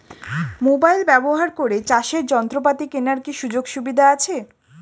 Mobile ব্যবহার করে চাষের যন্ত্রপাতি কেনার কি সুযোগ সুবিধা আছে?